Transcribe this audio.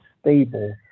stable